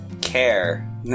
care